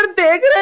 ah big and